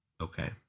okay